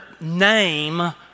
name